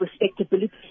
respectability